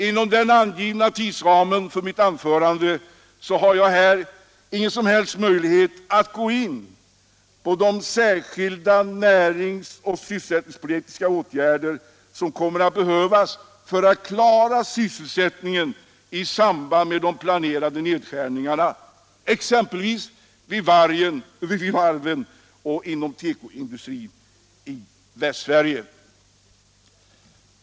Inom den angivna tidsramen för mitt anförande har jag här ingen som helst möjlighet att gå in på de särskilda närings och sysselsättningspolitiska åtgärder som kommer att behövas för att klara sysselsättningen i samband med de planerade nedskärningarna, exempelvis vid varven och inom tekoindustrin i Västsverige.